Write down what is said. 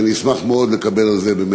ואני אשמח מאוד לקבל על זה תשובה.